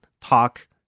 talk